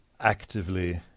actively